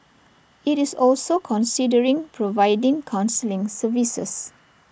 it's also considering providing counselling services